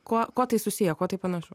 kuo kuo tai susiję kuo tai panašu